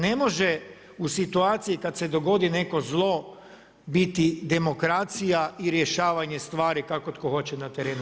Ne može u situaciji kad se dogodi neko zlo biti demokracija i rješavanje stvari kako tko hoće na terenu.